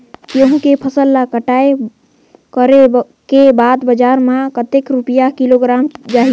गंहू के फसल ला कटाई करे के बाद बजार मा कतेक रुपिया किलोग्राम जाही?